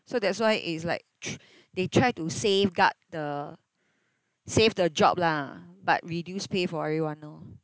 so that's why it's like they try to safeguard the save the job lah but reduce pay for everyone lor